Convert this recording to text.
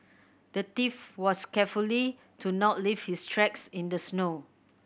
the thief was carefully to not leave his tracks in the snow